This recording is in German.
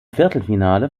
viertelfinale